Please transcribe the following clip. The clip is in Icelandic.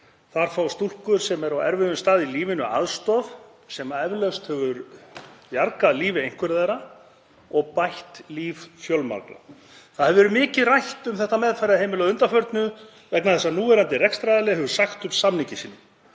Þar fá stúlkur sem eru á erfiðum stað í lífinu aðstoð sem eflaust hefur bjargað lífi einhverra þeirra og bætt líf fjölmargra. Það hefur verið mikið rætt um þetta meðferðarheimili að undanförnu vegna þess að núverandi rekstraraðili hefur sagt upp samningi sínum.